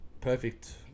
perfect